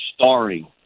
starring